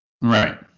Right